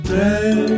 day